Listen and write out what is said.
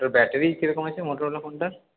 তো ব্যাটারি কী রকম আছে মোটোরোলা ফোনটার